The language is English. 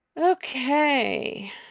Okay